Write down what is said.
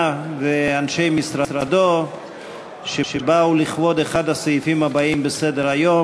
ואנשי משרדו שבאו לכבוד אחד הסעיפים הבאים בסדר-היום.